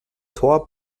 tor